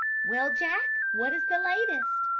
well, jack, what is the latest?